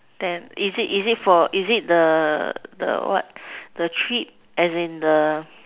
then is it is it for is it the the what the trip as in the